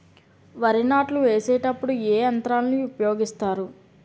వరి నాట్లు వేసేటప్పుడు ఏ యంత్రాలను ఉపయోగిస్తారు?